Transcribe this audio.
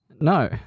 No